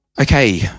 Okay